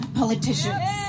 politicians